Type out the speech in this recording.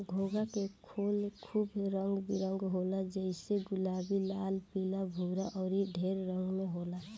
घोंघा के खोल खूब रंग बिरंग होला जइसे गुलाबी, लाल, पीला, भूअर अउर ढेर रंग में होला